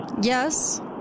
Yes